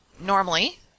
normally